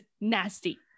nasty